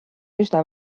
üsna